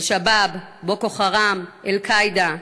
"אל-שבאב", "בוקו חראם", "אל-קאעידה"